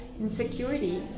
insecurity